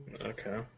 Okay